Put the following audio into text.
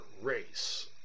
race